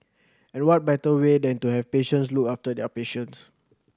and what better way than to have patients look after their patients